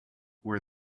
where